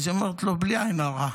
היא אומרת לו: בלי עין הרע.